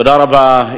תודה רבה.